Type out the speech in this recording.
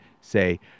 say